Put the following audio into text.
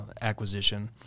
acquisition